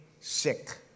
sick